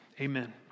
amen